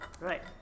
Right